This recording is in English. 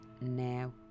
now